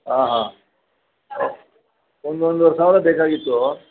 ಆಂ ಹಾಂ ಒಂದೊಂದು ಸಾವಿರ ಬೇಕಾಗಿತ್ತು